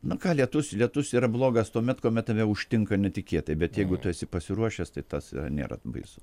na ką lietus lietus yra blogas tuomet kuomet tave užtinka netikėtai bet jeigu tu esi pasiruošęs tai tas yra nėra baisu